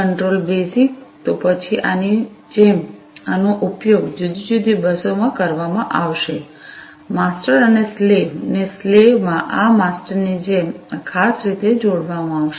control basic તો પછી આની જેમ આનો ઉપયોગ જુદી જુદી બસોમાં કરવામાં આવશે માસ્ટર અને સ્લેવને સ્લેવ માં આ માસ્ટરની જેમ આ ખાસ રીત જોડવામાં આવશે